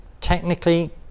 technically